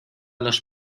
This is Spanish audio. los